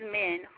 men